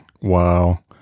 Wow